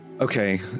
okay